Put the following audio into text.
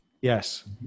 Yes